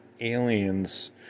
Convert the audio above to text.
aliens